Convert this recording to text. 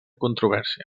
controvèrsia